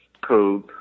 Code